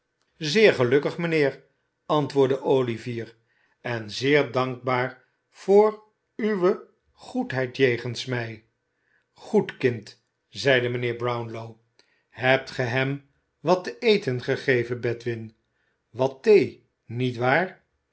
zeer gelukkig mijnheer antwoordde olivier en zeer dankbaar voor uwe goedheid jegens mij goed kind zeide mijnheer brownlow hebt ge hem wat te eten gegeven bedwin wat thee niet waar